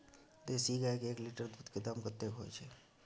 देसी गाय के एक लीटर दूध के दाम कतेक होय छै?